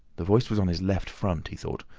the voice was on his left front, he thought.